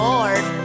Lord